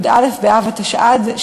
י"א באב התשע"ד,